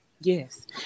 Yes